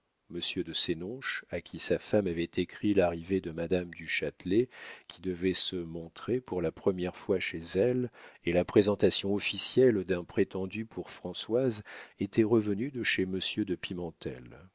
monsieur de sénonches à qui sa femme avait écrit l'arrivée de madame du châtelet qui devait se montrer pour la première fois chez elle et la présentation officielle d'un prétendu pour françoise était revenu de chez monsieur de